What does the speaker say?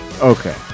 Okay